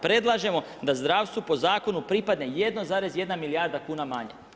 Predlažemo da zdravstvu po zakonu pripadne 1,1 milijarda kuna manje.